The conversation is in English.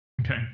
Okay